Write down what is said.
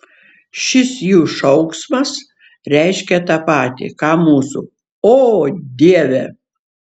šis jų šauksmas reiškia tą patį ką mūsų o dieve